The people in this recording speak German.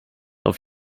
auf